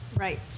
Right